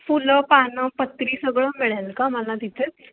फुलं पानं पत्री सगळं मिळेल का मला तिथेच